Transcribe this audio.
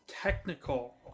technical